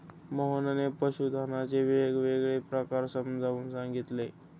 मोहनने पशुधनाचे वेगवेगळे प्रकार समजावून सांगितले